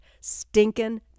stinking